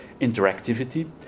interactivity